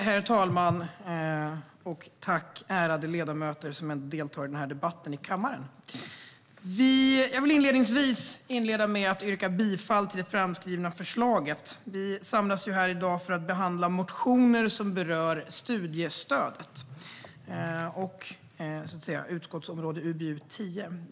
Herr talman! Tack, ärade ledamöter som deltar i debatten här i kammaren! Jag vill inleda med att yrka bifall till det framskrivna förslaget. Vi samlas här i dag för att behandla motioner som berör studiestöd i betänkande UbU10.